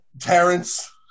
Terrence